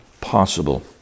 possible